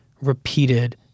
repeated